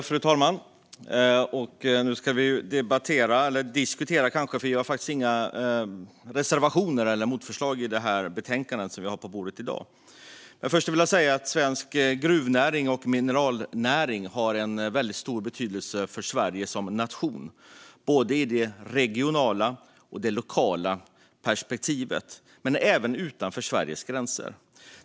Fru talman! Nu ska vi debattera eller kanske snarare diskutera detta betänkande. Det finns nämligen inga reservationer eller motförslag. Svensk gruvnäring och mineralnäring har stor betydelse för Sverige som nation, ur ett regionalt och lokalt perspektiv men även utanför Sveriges gränser.